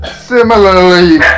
similarly